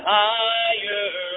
higher